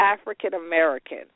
African-American